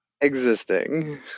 existing